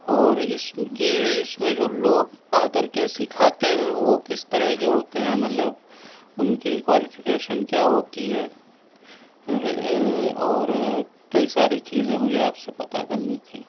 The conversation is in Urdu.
اور اس کی اس میں جو لوگ آکر کے سیکھاتے ہیں وہ کس طرح کے ہوتے ہیں مطلب ان کی کوالیفیکیشن کیا ہوتی ہے اور کئی ساری چیزیں مجھے آپ سے پتہ کرنی تھیں